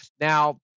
Now